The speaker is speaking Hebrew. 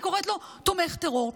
אני קוראת לו "תומך טרור".